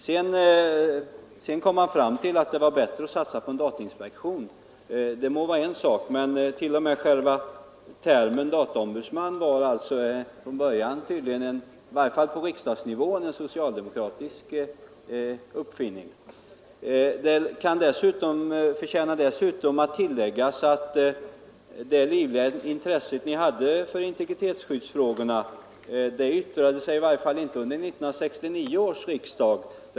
Sedan kom man fram till att det var bättre att satsa på en datainspektion, men t.o.m. termen dataombudsman är som sagt från början — i varje fall på riksdagsnivån — en socialdemokratisk uppfinning. Det förtjänar dessutom att tilläggas att ert livliga intresse för integritetsskyddsfrågorna åtminstone inte yttrade sig under 1969 års riksdag.